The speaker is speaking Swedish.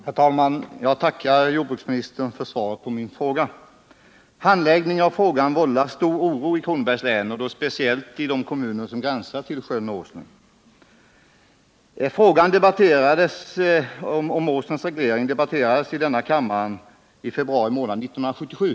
Herr talman! Jag tackar jordbruksministern för svaret på min fråga. , Handläggningen av det ärende som min fråga gäller vållar stor oro i Kronobergs län, speciellt i de kommuner som gränsar till sjön Åsnen. Frågan om Åsnens reglering debatterades i denna kammare i februari månad 1977.